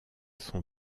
son